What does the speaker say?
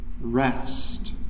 rest